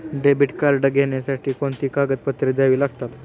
Debit card घेण्यासाठी कोणती कागदपत्रे द्यावी लागतात?